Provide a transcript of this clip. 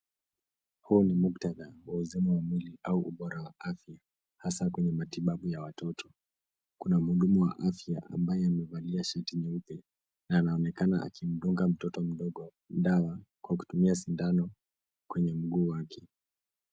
Huu ni muktadha wa uzima wa mwili au ubora ya afya, hasa kwenye matibabu ya watoto. Kuna mhudumu wa afya ambaye amevalia shati nyeupe na anaonekana akimdunga mtoto mdogo dawa kwa kutumia sindano kwenye mguu wake.